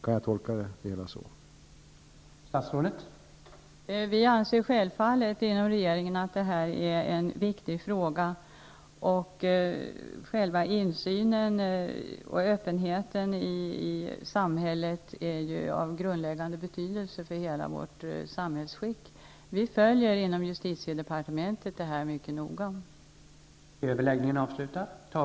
Kan jag tolka statsministern så, att hon delar min uppfattning?